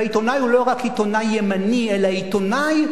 והעיתונאי הוא לא רק עיתונאי ימני אלא עיתונאי,